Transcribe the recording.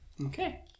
Okay